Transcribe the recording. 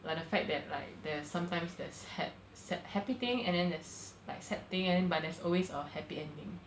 like the fact that like there's sometimes there's had sad happy thing and then there's like sad thing and then but there's always a happy ending